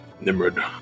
Nimrod